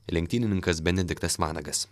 lenktynininkas benediktas vanagas